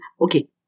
okay